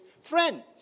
friend